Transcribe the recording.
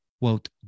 quote